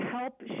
help